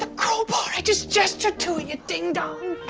ah crowbar i just gesture to you ding-dong.